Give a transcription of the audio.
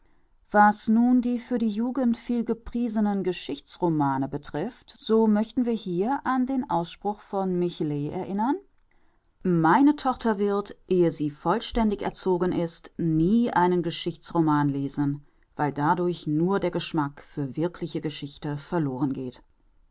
was nun die für die jugend vielgepriesenen geschichtsromane betrifft so möchten wir hier an den ausspruch von michelet erinnern meine tochter wird ehe sie vollständig erzogen ist nie einen geschichtsroman lesen weil dadurch nur der geschmack für wirkliche geschichte verloren geht